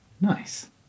Nice